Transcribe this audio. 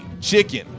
chicken